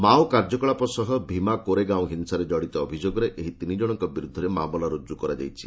Mao କାର୍ଯ୍ୟକଳାପ ସହ ଜଡିତ ଭୀମା କୋରୋଗାଁଓ ହିଂସାରେ ଜଡିତ ଅଭିଯୋଗରେ ଏହି ତିନିଜଣଙ୍କ ବିରୁଦ୍ଧରେ ମାମଲା ରୁଜୁ କରାଯାଇଛି